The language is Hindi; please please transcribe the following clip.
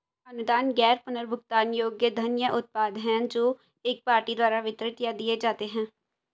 अनुदान गैर पुनर्भुगतान योग्य धन या उत्पाद हैं जो एक पार्टी द्वारा वितरित या दिए जाते हैं